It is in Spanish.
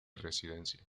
residencia